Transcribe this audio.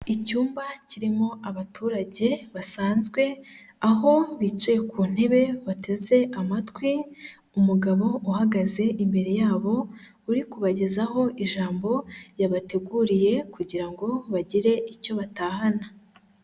Icyumba kirimo abaturage basanzwe, aho bicaye ku ntebe bateze amatwi umugabo uhagaze imbere yabo uri kubagezaho ijambo yabateguriye kugira ngo bagire icyo batahana.